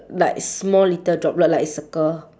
like small little droplet like circle